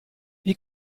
wie